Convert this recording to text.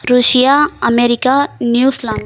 Russia America New Zealand